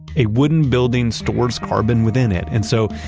a wooden building stores carbon within it. and so,